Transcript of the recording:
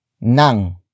Nang